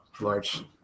large